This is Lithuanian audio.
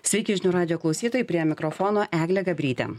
sveiki žinių radijo klausytojai prie mikrofono eglė gabrytė